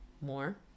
more